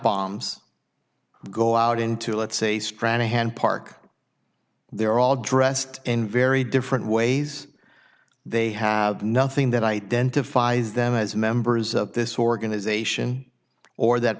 bombs go out into let's say stranahan park they're all dressed in very different ways they have nothing that identifies them as members of this organization or that